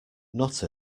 not